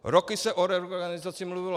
Roky se o reorganizaci mluvilo.